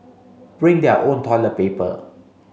bring their own toilet paper